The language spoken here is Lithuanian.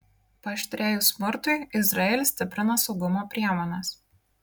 paaštrėjus smurtui izraelis stiprina saugumo priemones